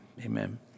amen